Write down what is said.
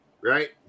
right